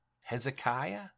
Hezekiah